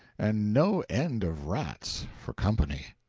and no end of rats for company.